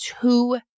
two